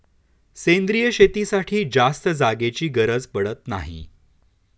सेंद्रिय शेतीसाठी जास्त जागेची गरज पडत नाही